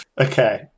Okay